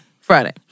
Friday